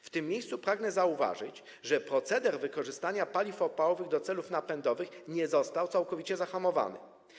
W tym miejscu pragnę zauważyć, że proceder wykorzystania paliw opałowych do celów napędowych nie został całkowicie zahamowany.